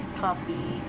coffee